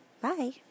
Bye